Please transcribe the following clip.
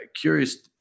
curious